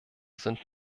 sind